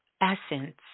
essence